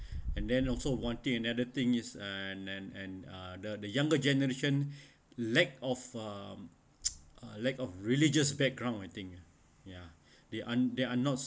and then also wanting another thing is uh and and and uh the younger generation lack of uh lack of religious background I think ya they aren't they are not